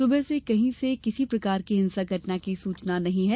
सुबह से कहीं से किसी प्रकार की हिंसक घटना की सूचना नहीं है